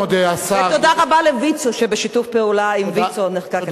תודה רבה לויצו, בשיתוף פעולה עם ויצו נחקק החוק.